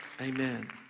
Amen